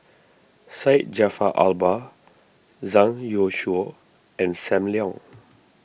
Syed Jaafar Albar Zhang Youshuo and Sam Leong